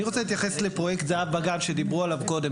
אני רוצה להתייחס לפרויקט "זה"ב בגן" שדיברו עליו קודם.